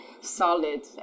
solid